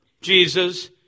Jesus